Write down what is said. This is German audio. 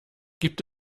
gibt